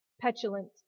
petulant